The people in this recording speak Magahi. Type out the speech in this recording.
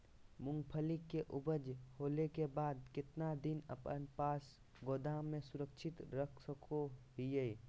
मूंगफली के ऊपज होला के बाद कितना दिन अपना पास गोदाम में सुरक्षित रख सको हीयय?